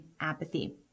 apathy